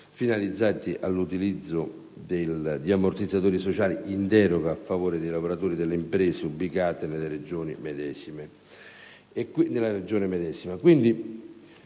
finalizzati all'utilizzo di ammortizzatori sociali in deroga a favore dei lavoratori delle imprese ubicate nella Regione medesima.